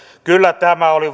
oli